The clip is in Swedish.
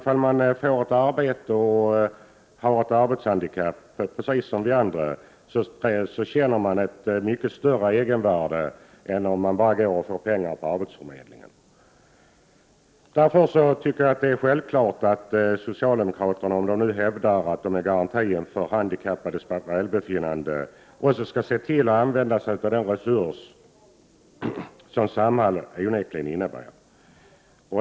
Jag tror att om arbetshandikappade män niskor, precis som vi andra, får ett arbete, känner de ett mycket större egenvärde än om de bara får pengar från arbetsförmedlingen. Därför borde det vara självklart att socialdemokraterna, om de vill hävda att de utgör en garanti för de arbetshandikappades välbefinnande, skall använda sig av den resurs som Samhall onekligen utgör.